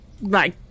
Bye